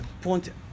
point